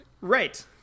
Right